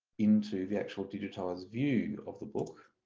into the actual digitised view of the book